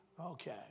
Okay